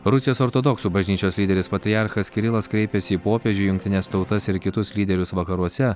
rusijos ortodoksų bažnyčios lyderis patriarchas kirilas kreipėsi į popiežių jungtines tautas ir kitus lyderius vakaruose